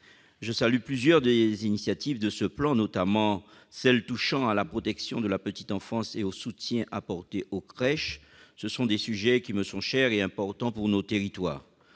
Je salue plusieurs des initiatives de ce plan, notamment celles qui touchent à la protection de la petite enfance et au soutien apporté aux crèches : ce sont des sujets qui me sont chers et importants pour nos territoires.